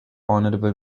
honorable